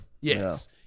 yes